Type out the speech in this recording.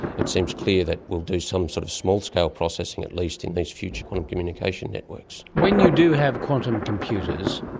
it seems clear that we'll so some sort of small-scale processing at least in these future quantum communication networks. when you do have quantum computers,